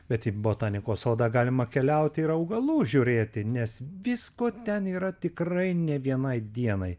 bet į botanikos sodą galima keliauti ir augalų žiūrėti nes visko ten yra tikrai ne vienai dienai